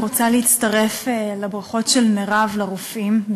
אני רוצה להצטרף לברכות של מירב לרופאים,